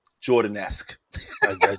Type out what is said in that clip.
Jordan-esque